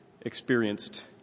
experienced